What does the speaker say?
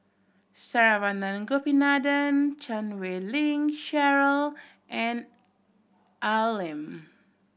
Saravanan Gopinathan Chan Wei Ling Cheryl and Al Lim